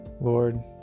Lord